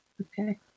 Okay